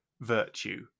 virtue